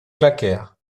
claquèrent